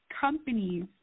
companies